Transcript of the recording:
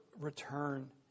return